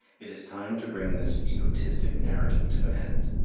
it is time to bring this egotistic narrative to an end.